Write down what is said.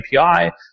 API